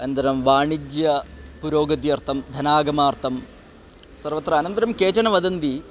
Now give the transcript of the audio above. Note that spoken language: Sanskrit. अनन्तरं वाणिज्यपुरोगत्यर्थं धनागमार्थं सर्वत्र अनन्तरं केचन वदन्ति